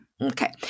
Okay